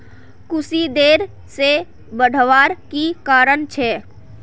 कुशी देर से बढ़वार की कारण छे?